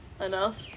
Enough